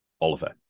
Oliver